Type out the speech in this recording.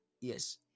Yes